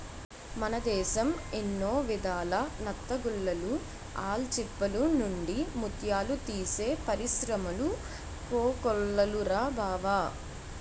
మన దేశం ఎన్నో విధాల నత్తగుల్లలు, ఆల్చిప్పల నుండి ముత్యాలు తీసే పరిశ్రములు కోకొల్లలురా బావా